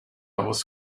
was